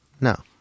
No